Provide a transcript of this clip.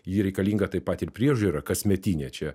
ji reikalinga taip pat ir priežiūra kasmetinė čia